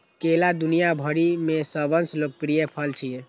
केला दुनिया भरि मे सबसं लोकप्रिय फल छियै